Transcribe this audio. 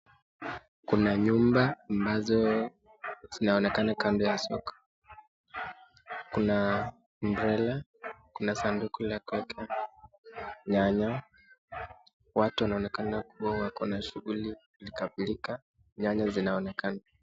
Kuna nyumba ambazo zinaonekana kando ya soko, kuna umbrella ,kuna sanduku la kuweka nyanya, watu wanaonekana kuwa wako na shughuli pilka pilka, nyanya zinaonekana.